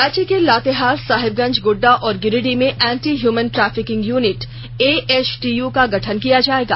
राज्य के लातेहार साहेबगंज गोड्डा और गिरिडीह में anti human trafficking unit AHTU का गठन किया जाएगा